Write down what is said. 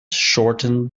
shortened